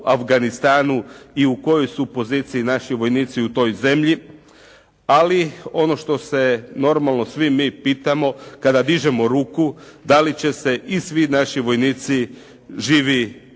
i u kojoj su poziciji naši vojnici u toj zemlji, ali ono što se normalno svi mi pitamo kada dižemo ruku da li će se i svi naši vojnici živi kući